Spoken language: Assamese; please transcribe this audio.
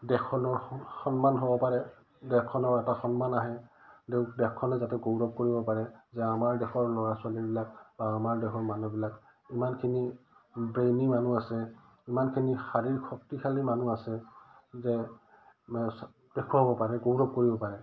দেশখনৰ স সন্মান হ'ব পাৰে দেশখনৰ এটা সন্মান আহে তেওঁক দেশখনে যাতে গৌৰৱ কৰিব পাৰে যে আমাৰ দেশৰ ল'ৰা ছোৱালীবিলাক বা আমাৰ দেশৰ মানুহবিলাক ইমানখিনি ব্ৰেইনী মানুহ আছে ইমানখিনি শাৰীৰিক শক্তিশালী মানুহ আছে যে দক্ষ হ'ব পাৰে গৌৰৱ কৰিব পাৰে